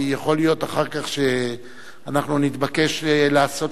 כי יכול להיות אחר כך שאנחנו נתבקש לעשות